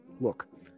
Look